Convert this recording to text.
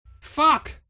Fuck